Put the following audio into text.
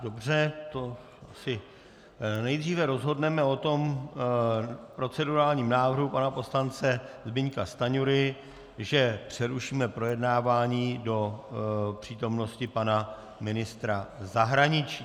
Dobře, nejdříve rozhodneme o tom procedurálním návrhu pana poslance Zbyňka Stanjury, že přerušíme projednávání do přítomnosti pana ministra zahraničí.